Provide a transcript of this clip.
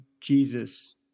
Jesus